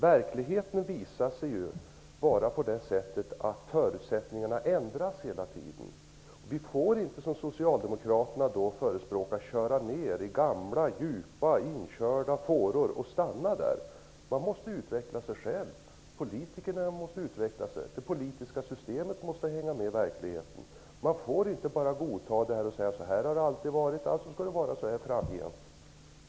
Verkligheten är ju att förutsättningarna ändras hela tiden. Vi får inte, vilket socialdemokraterna förespråkar, köra ned i gamla djupa inkörda fåror och stanna där. Man måste utveckla sig själv. Politikerna måste utveckla sig. Det politiska systemet måste hänga med verkligheten. Man får inte bara godta något och säga att det alltid har varit så och att det därför skall vara så framgent.